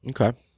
Okay